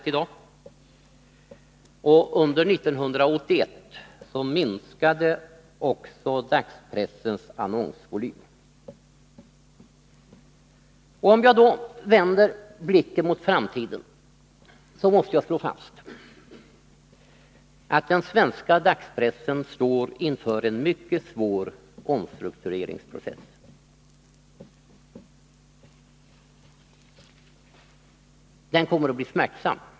Under 1981 minskade också dagspressens annonsvolym. Vänder jag så blicken mot framtiden, måste jag slå fast att den svenska dagspressen står inför en mycket svår omstruktureringsprocess. Den kommer att bli smärtsam.